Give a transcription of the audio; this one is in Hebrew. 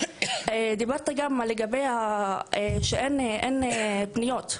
דיברת על זה שאין פניות,